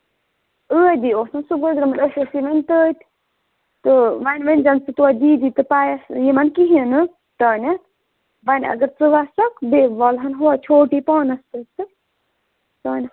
ٲدی اوسُم سُہ صُبحٲے گُزریو أسۍ ٲسِی وۄنۍ تٔتۍ تہٕ وۄنۍ ؤنۍ زٮ۪ن ژٕ توتہِ دِدِ تہٕ بَیَس یِمَن کِہیٖنۍ نہٕ تانٮ۪تھ وۄنۍ اگر ژٕ وَسَکھ بیٚیہِ وَلہٕ ہَن ہو چھوٹی پانَس تہِ تہٕ تانٮ۪تھ